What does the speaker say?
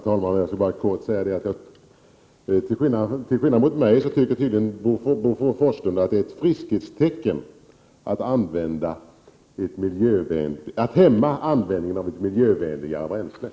Herr talman! Till skillnad från mig så tycker tydligen Bo Forslund att det är ett friskhetstecken att hämma användningen av miljövänliga bränslen.